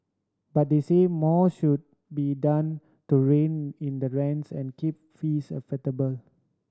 but they said more should be done to rein in the rents and keep fees affordable